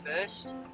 first